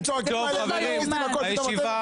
תודה חברים, הישיבה